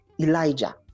Elijah